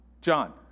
John